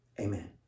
Amen